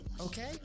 Okay